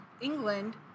England